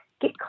get